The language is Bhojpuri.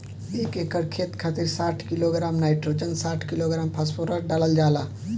एक एकड़ खेत खातिर साठ किलोग्राम नाइट्रोजन साठ किलोग्राम फास्फोरस डालल जाला?